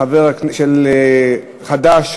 של חד"ש,